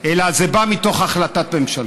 אלא זה בא בהחלטת ממשלה.